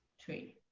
three.